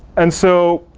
and so